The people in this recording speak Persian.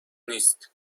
نیست